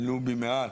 ולו במעט,